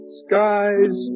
skies